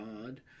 God